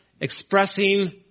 expressing